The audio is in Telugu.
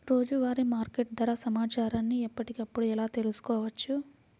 రోజువారీ మార్కెట్ ధర సమాచారాన్ని ఎప్పటికప్పుడు ఎలా తెలుసుకోవచ్చు?